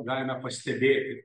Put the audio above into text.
galime pastebėti